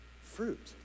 Fruit